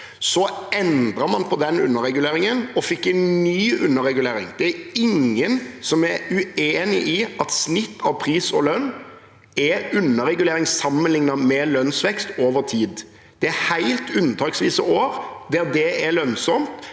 Så endret man på den underreguleringen og fikk en ny underregulering. Det er ingen som er uenig i at snitt av pris og lønn er underregulering sammenlignet med lønnsvekst over tid. Det er helt unntaksvise år der det er lønnsomt.